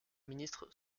ministre